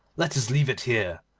let us leave it here,